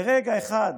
ברגע אחד,